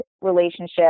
relationship